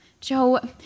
Joe